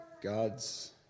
God's